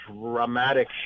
dramatic